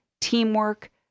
teamwork